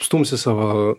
stumsi savo